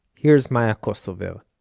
here's maya kosover